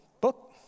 book